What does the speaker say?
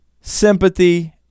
sympathy